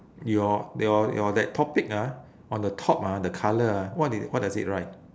your your your that topic ah on the top ah the colour ah what is what does it write